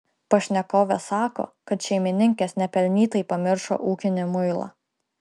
pašnekovė sako kad šeimininkės nepelnytai pamiršo ūkinį muilą